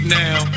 now